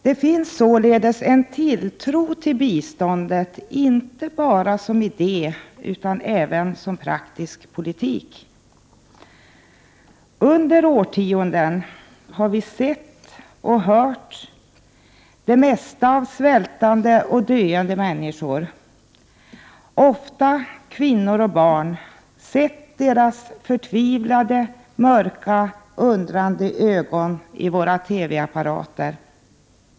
Det finns alltså en tilltro till biståndet inte bara som idé utan även som praktisk politik. Under årtionden har vi sett och hört det mesta när det gäller svältande och döende människor — oftast kvinnor och barn. Vi har i våra TV-apparater sett deras förtvivlade, mörka, undrande ögon.